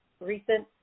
recent